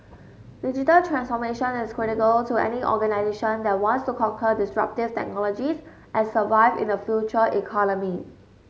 digital transformation is critical to any organisation that wants to conquer disruptive technologies and survive in the Future Economy